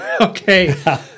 Okay